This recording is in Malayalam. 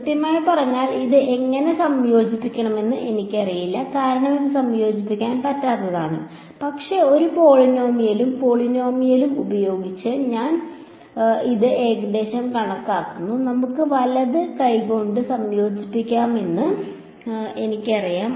കൃത്യമായി പറഞ്ഞാൽ ഇത് എങ്ങനെ സംയോജിപ്പിക്കണമെന്ന് എനിക്കറിയില്ല കാരണം ഇത് സംയോജിപ്പിക്കാൻ പറ്റാത്തതാണ് പക്ഷേ ഒരു പോളിനോമിയലും പോളിനോമിയലും ഉപയോഗിച്ച് ഞാൻ ഇത് ഏകദേശം കണക്കാക്കുന്നു നമുക്ക് വലത് കൈകൊണ്ട് സംയോജിപ്പിക്കാമെന്ന് എനിക്കറിയാം